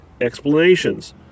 explanations